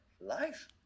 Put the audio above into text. life